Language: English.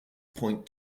point